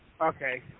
Okay